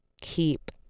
keep